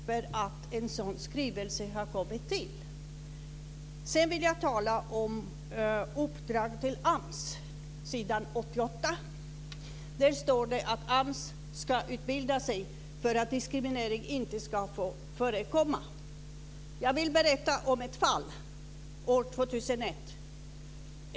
Herr talman! Först vill jag säga att vi är glada över att en sådan här skrivelse har kommit till. Sedan vill jag tala om uppdraget till AMS. Det står på s. 88 att AMS ska utbilda sig för att diskriminering inte ska få förekomma. Jag vill berätta om ett fall som inträffat år 2001.